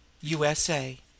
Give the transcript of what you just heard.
USA